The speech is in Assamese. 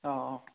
অঁ অঁ